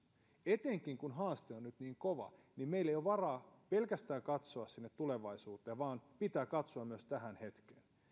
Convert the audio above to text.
etenkin kun haaste on nyt niin kova meillä ei ole varaa pelkästään katsoa sinne tulevaisuuteen vaan pitää katsoa myös tähän hetkeen